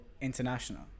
international